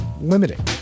Limiting